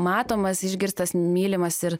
matomas išgirstas mylimas ir